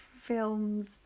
Films